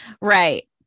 Right